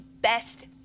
best